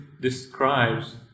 describes